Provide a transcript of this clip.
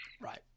right